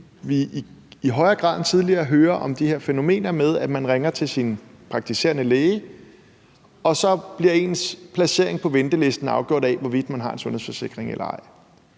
vi i højere grad end tidligere hører om de her fænomener med, at man ringer til sin praktiserende læge, og så bliver ens placering på ventelisten afgjort af, hvorvidt man har en sundhedsforsikring eller ej.